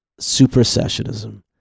supersessionism